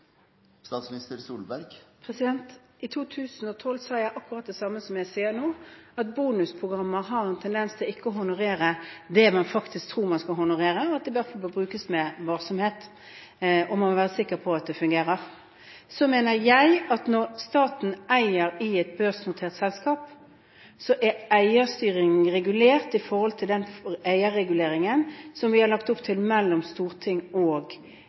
I 2012 sa jeg akkurat det samme som jeg sier nå – at bonusprogrammer har en tendens til ikke å honorere det man faktisk tror man skal honorere, og at de derfor må brukes med varsomhet om man vil være sikker på at de fungerer. Jeg mener at når staten er eier i et børsnotert selskap, er eierstyring regulert av den eierreguleringen vi har lagt opp til mellom storting og